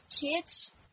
kids